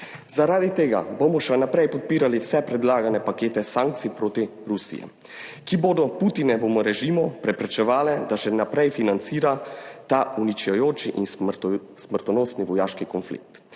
Zaradi tega bomo še naprej podpirali vse predlagane pakete sankcij proti Rusiji, ki bodo Putinovemu režimu preprečevale, da še naprej financira ta uničujoči in smrtonosni vojaški konflikt.